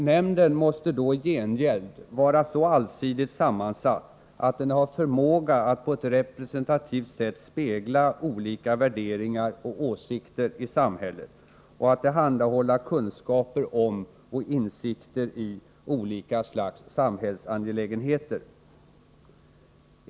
Nämnden måste då i gengäld vara så allsidigt sammansatt att den har förmåga att på ett representativt sätt spegla olika värderingar och åsikter i samhället och att tillhandahålla kunskaper om och insikter i olika slags samhällsangelägenheter.